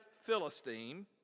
philistine